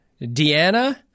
Deanna